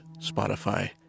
Spotify